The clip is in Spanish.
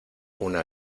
una